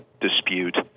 dispute